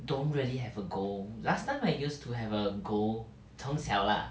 don't really have a goal last time I used to have a goal 从小 lah